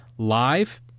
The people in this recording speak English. Live